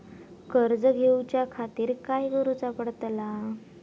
कर्ज घेऊच्या खातीर काय करुचा पडतला?